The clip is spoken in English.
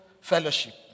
fellowship